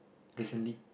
recently